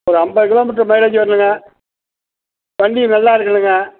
ஒரு ஐம்பது kilometre mileage வரணுங்க வண்டி நல்லா இருக்கணுங்க